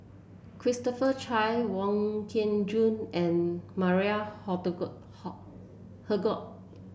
Christopher Chia Wong Kin Jong and Maria Hertogh